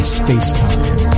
space-time